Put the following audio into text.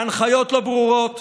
ההנחיות לא ברורות,